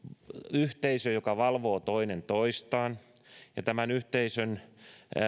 yhteisö joka valvoo toinen toistaan ja tämän yhteisön